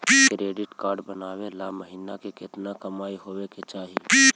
Credit card बनबाबे ल महीना के केतना कमाइ होबे के चाही?